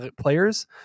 players